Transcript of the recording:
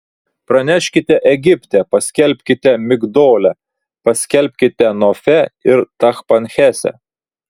praneškite egipte paskelbkite migdole paskelbkite nofe ir tachpanhese